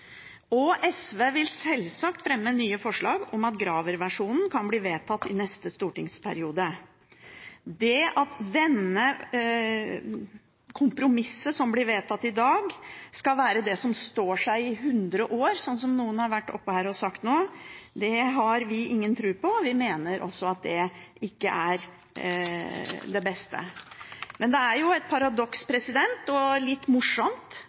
og SV vil selvsagt fremme nye forslag om at Graver-versjonen kan bli vedtatt i neste stortingsperiode. Det at dette kompromisset som blir vedtatt i dag, skal være det som står seg i 100 år, som noen har vært her oppe og sagt, har vi ingen tro på, og vi mener også at det ikke er det beste. Men det er jo et paradoks – og litt